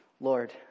Lord